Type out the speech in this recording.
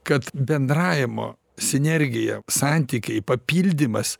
kad bendravimo sinergija santykiai papildymas